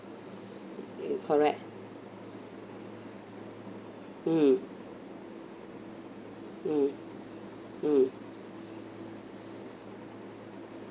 mm correct mm mm mm